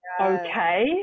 okay